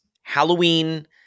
Halloween